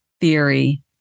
theory